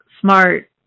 smart